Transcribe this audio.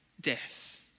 death